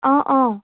অঁ অঁ